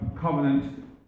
covenant